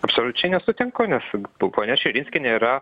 absoliučiai nesutinku nes ponia širinskienė yra